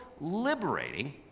liberating